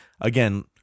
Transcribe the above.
again